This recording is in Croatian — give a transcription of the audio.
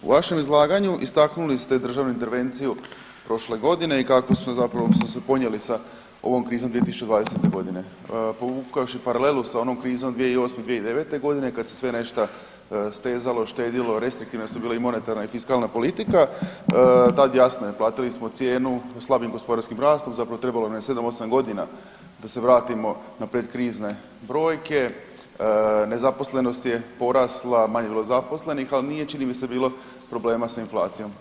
U vašem izlaganju istaknuli ste državnu intervenciju prošle godine i kako smo zapravo smo se ponijeli sa ovom kriznom 2020. g. Povukavši paralelu sa onom krizom 2008./2009. g. kad se sve nešta stezalo, štedjelo, restriktivne su bile i monetarna i fiskalna politika, tad jasno je, platili smo cijenu slabim gospodarskim rastom, zapravo trebalo nam je 7, 8 godina da se vratimo na predkrizne brojke, nezaposlenost je porasla, manje je bilo zaposlenih, ali nije, čini mi se bilo problema s inflacijom.